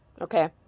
okay